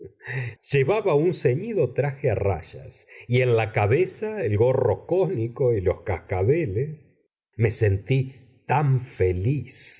llevaba un ceñido traje a rayas y en la cabeza el gorro cónico y los cascabeles me sentí tan feliz